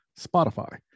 Spotify